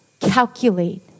calculate